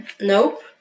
Nope